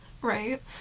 Right